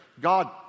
God